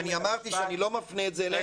אני אמרתי שאני לא מפנה את זה אליהם,